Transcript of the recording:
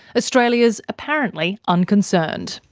australia's apparently unconcerned.